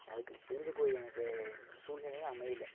அதுக்கு புரிஞ்சுக்கொள்ள எனக்கு சூழ்நிலையும் அமையல